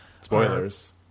Spoilers